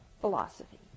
philosophy